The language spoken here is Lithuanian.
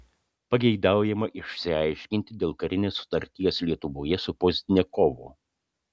pageidaujama išsiaiškinti dėl karinės sutarties lietuvoje su pozdniakovu